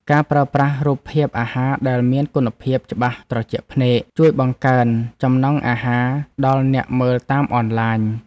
ការប្រើប្រាស់រូបភាពអាហារដែលមានគុណភាពច្បាស់ត្រជាក់ភ្នែក ជួយបង្កើនចំណង់អាហារដល់អ្នកមើលតាមអនឡាញ។